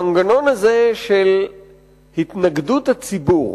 המנגנון הזה של התנגדות הציבור